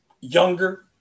younger